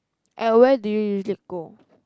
at where do you usually go